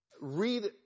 Read